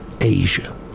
Asia